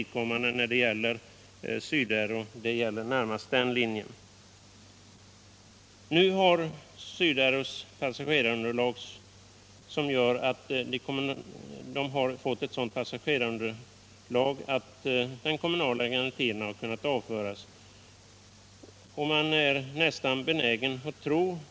Detta gäller för Oskarshamns och Västerviks vidkommande.